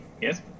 yes